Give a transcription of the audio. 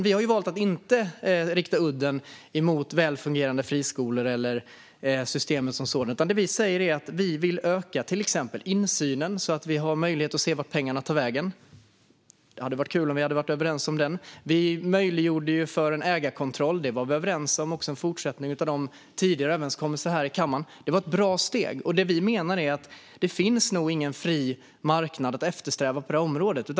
Vi har valt att inte rikta udden mot välfungerande friskolor eller systemet som sådant. Det vi säger är att vi vill öka till exempel insynen så att vi har möjlighet att se vart pengarna tar vägen. Det hade varit kul om vi varit överens om det. Vi möjliggjorde för en ägarkontroll. Det var vi också överens om. Det var en fortsättning på tidigare överenskommelser här i kammaren. Det var ett bra steg. Det vi menar är att det nog inte finns någon fri marknad att eftersträva på området.